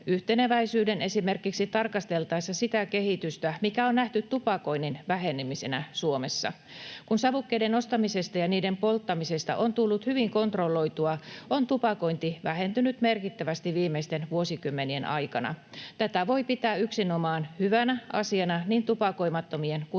yhteneväisyyden esimerkiksi tarkasteltaessa sitä kehitystä, mikä on nähty tupakoinnin vähenemisenä Suomessa. Kun savukkeiden ostamisesta ja niiden polttamisesta on tullut hyvin kontrolloitua, on tupakointi vähentynyt merkittävästi viimeisten vuosikymmenien aikana. Tätä voi pitää yksinomaan hyvänä asiana niin tupakoimattomien kuin tupakoitsijoiden